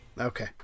Okay